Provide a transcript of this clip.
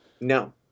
No